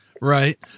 Right